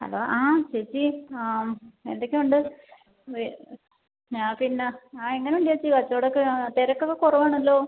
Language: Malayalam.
ഹലോ ആ ചേച്ചി എന്തൊക്കെ ഉണ്ട് ഞാൻ പിന്നെ ആ എങ്ങനെ ഉണ്ട് ചേച്ചി കച്ചവടം ഒക്കെ ആ തിരക്കൊക്കെ കുറവാണല്ലോ